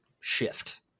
shift